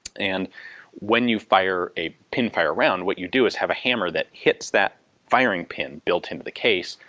and when you fire a pinfire round, what you do is have a hammer that hits that firing pin built into the case,